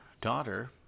daughter